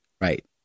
Right